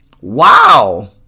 Wow